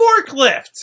Forklift